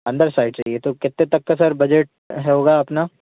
अंदर साइड चाहिये तो कितने तक का सर बजट होगा अपना